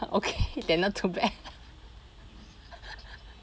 okay then not too bad